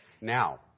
Now